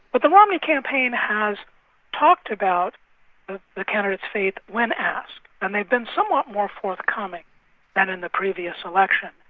but the romney campaign has talked about the candidate's faith when asked. and they've been somewhat more forthcoming than in the previous election.